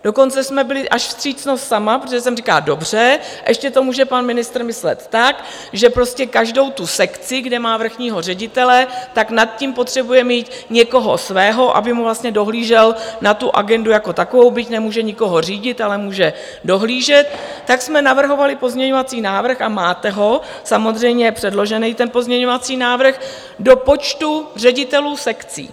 Dokonce jsme byli až vstřícnost sama, protože jsem říkala: Dobře, ještě to může pan ministr myslet tak, že každou tu sekci, kde má vrchního ředitele, nad tím potřebuje mít někoho svého, aby mu dohlížel na tu agendu jako takovou, byť nemůže nikoho řídit, ale může dohlížet, tak jsme navrhovali pozměňovací návrh, a máte ho, samozřejmě je předložený, ten pozměňovací návrh, do počtu ředitelů sekcí.